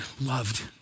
loved